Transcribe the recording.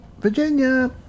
Virginia